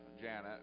Janet